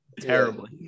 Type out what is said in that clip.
Terribly